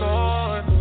Lord